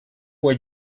were